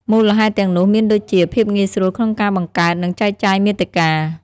មូលហេតុទាំងនោះមានដូចជា ភាពងាយស្រួលក្នុងការបង្កើត និងចែកចាយមាតិកា។